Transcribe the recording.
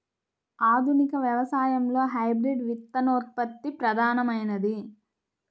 ఆధునిక వ్యవసాయంలో హైబ్రిడ్ విత్తనోత్పత్తి ప్రధానమైనది